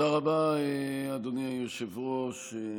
תודה רבה, אדוני היושב-ראש.